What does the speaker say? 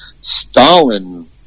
Stalin